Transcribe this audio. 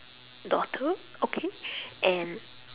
daughter okay and